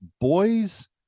boys